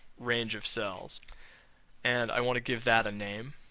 range of cells and i want to give that a name.